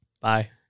Bye